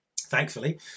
thankfully